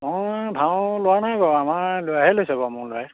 মই ভাও লোৱা নাই বাৰু আমাৰ ল'ৰাহে লৈছে বাৰু মোৰ ল'ৰাই